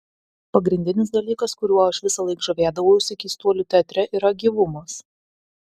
pagrindinis dalykas kuriuo aš visąlaik žavėdavausi keistuolių teatre yra gyvumas